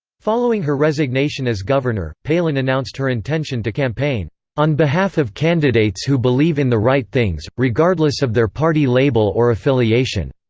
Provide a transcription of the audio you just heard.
following her resignation as governor, palin announced her intention to campaign on behalf of candidates who believe in the right things, regardless of their party label or affiliation.